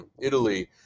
Italy